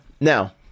Now